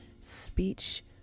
speech